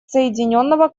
соединенного